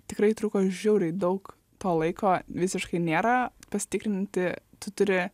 tikrai truko žiauriai daug to laiko visiškai nėra pasitikrinti tu turi